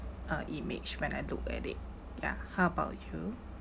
uh image when I look at it ya how about you